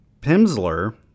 Pimsler